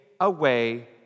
away